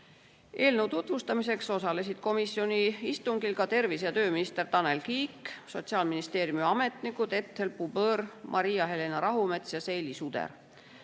Eelnõu tutvustamiseks osalesid komisjoni istungil ka tervise- ja tööminister Tanel Kiik, Sotsiaalministeeriumi ametnikud Ethel Bubõr, Maria-Helena Rahumets ja Seili Suder.